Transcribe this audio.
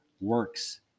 works